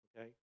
Okay